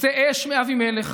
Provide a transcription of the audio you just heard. תצא אש מאבימלך